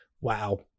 wow